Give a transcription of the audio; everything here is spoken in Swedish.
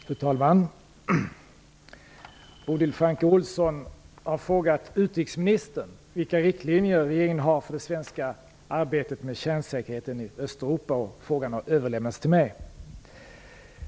Fru talman! Bodil Francke Ohlsson har frågat utrikesministern vilka riktlinjer regeringen har för det svenska arbetet med kärnsäkerheten i Östeuropa. Frågan har överlämnats till mig.